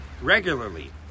regularly